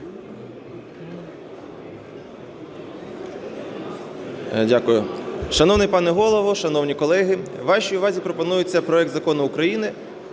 Дякую.